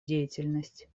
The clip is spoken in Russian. деятельность